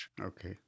Okay